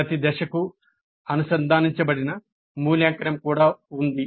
కానీ ప్రతి దశకు అనుసంధానించబడిన "మూల్యాంకనం" కూడా ఉంది